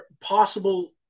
possible